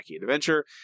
Adventure